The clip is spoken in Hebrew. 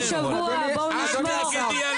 שלהם, אל תרקדי,